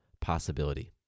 possibility